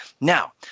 Now